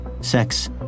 Sex